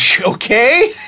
okay